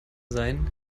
sein